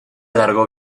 alargó